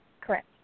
Correct